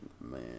man